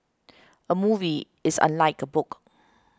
a movie is unlike a book